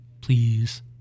Please